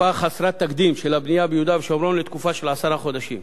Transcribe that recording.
חסרת תקדים של הבנייה ביהודה ושומרון לתקופה של עשרה חודשים.